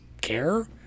care